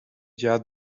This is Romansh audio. gia